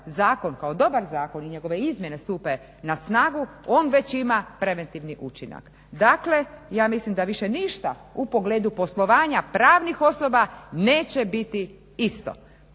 zakon kako dobar zakon ili njegove izmjene stupe na snagu on već ima preventivni učinak. Dakle, ja mislim da više ništa u pogledu poslovanja pravnih osoba neće biti isto.